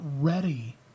ready